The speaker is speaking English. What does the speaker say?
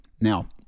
Now